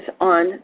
on